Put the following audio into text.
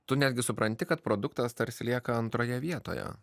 tu netgi supranti kad produktas tarsi lieka antroje vietoje